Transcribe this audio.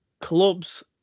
clubs